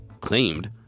claimed